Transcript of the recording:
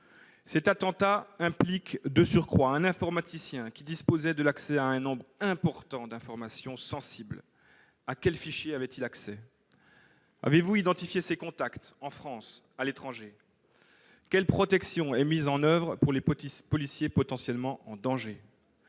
Cet attentat implique de surcroît un informaticien qui disposait de l'accès à un nombre important d'informations sensibles. À quels fichiers pouvait-il accéder ? Avez-vous identifié ses contacts en France et à l'étranger ? Quelle protection est mise en oeuvre pour les policiers potentiellement en danger ?